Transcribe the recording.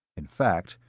in fact,